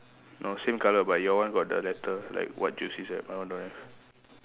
no same colour but your one got the letter like what you say my one don't have